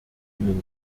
ihnen